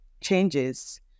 changes